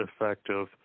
effective